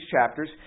chapters